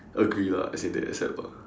agree lah as in they accept ah